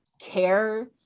care